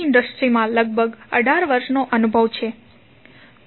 industry માં લગભગ 18 વર્ષનો અનુભવ છે